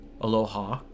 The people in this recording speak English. Aloha